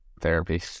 therapy